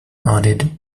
added